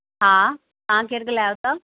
हा तव्हां केर ॻाल्हायो था